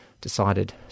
decided